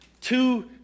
two